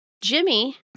Jimmy